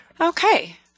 Okay